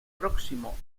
próximo